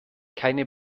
keine